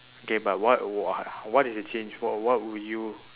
okay but what what what is the change for what would you